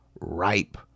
ripe